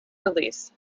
release